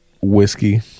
whiskey –